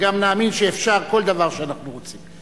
וגם נאמין שאפשר כל דבר שאנחנו רוצים.